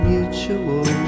Mutual